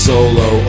Solo